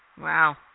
Wow